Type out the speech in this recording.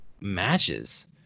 matches